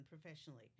professionally